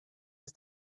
ist